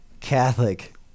Catholic